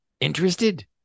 Interested